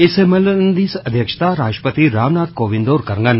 इस सम्मेलन दी अध्यक्षता राष्ट्रपति रामनाथ कोविंद होर करगंन